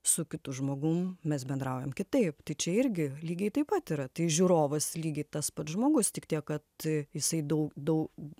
su kitu žmogum mes bendraujam kitaip tai čia irgi lygiai taip pat yra tai žiūrovas lygiai tas pats žmogus tik tiek kad jisai daug dau